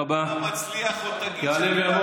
רינה מצליח עוד תגיד שדיברת לא יפה בכנסת.